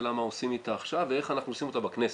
השאלה מה עושים איתה עכשיו ואיך אנחנו עושים אותה בכנסת,